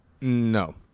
No